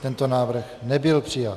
Tento návrh nebyl přijat.